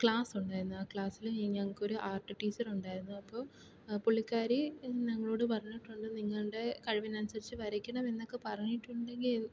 ക്ലാസ്സുണ്ടായിരുന്നു ആ ക്ലാസ്സില് ഞങ്ങൾക്ക് ഒരു ആർട്ട് ടീച്ചറുണ്ടായിരുന്നു അപ്പോൾ പുള്ളിക്കാരി ഞങ്ങളോട് പറഞ്ഞിട്ടുണ്ട് നിങ്ങളുടെ കഴിവിനനുസരിച്ച് വരയ്ക്കണം എന്നൊക്കെ പറഞ്ഞിട്ടുണ്ടെങ്കി